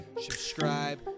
subscribe